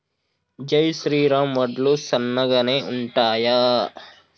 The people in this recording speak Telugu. జై శ్రీరామ్ వడ్లు సన్నగనె ఉంటయా?